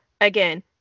again